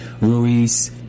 Ruiz